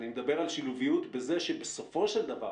אני מדבר על שילוביות בזה שבסופו של דבר